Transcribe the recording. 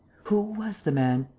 who was the man?